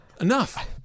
Enough